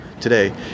today